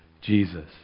Jesus